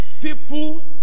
people